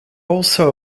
also